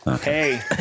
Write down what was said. Hey